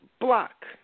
block